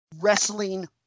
wrestling